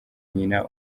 nyina